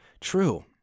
true